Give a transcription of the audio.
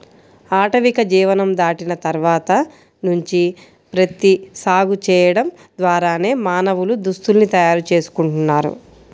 ఆటవిక జీవనం దాటిన తర్వాత నుంచి ప్రత్తి సాగు చేయడం ద్వారానే మానవులు దుస్తుల్ని తయారు చేసుకుంటున్నారు